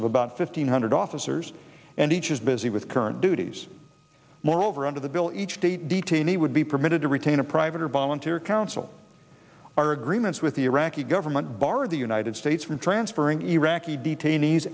of about fifteen hundred officers and each is busy with current duties moreover under the bill each state detainee would be permitted to retain a private or volunteer counsel our agreements with the iraqi government barred the united states from transferring iraqi detainees